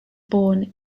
born